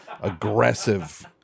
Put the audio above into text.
aggressive